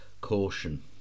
caution